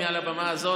מעל הבמה הזאת,